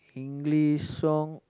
English song